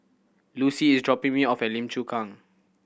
Lucie is dropping me off at Lim Chu Kang